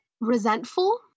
resentful